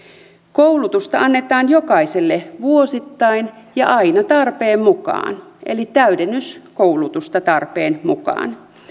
koulutusta annetaan jokaiselle vuosittain ja aina tarpeen mukaan eli täydennyskoulutusta tarpeen mukaan